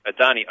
Adani